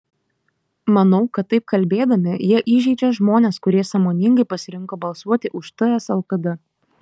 manau kad taip kalbėdami jie įžeidžia žmones kurie sąmoningai pasirinko balsuoti už ts lkd